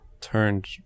turned